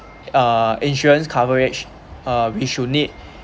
uh insurance coverage uh we should need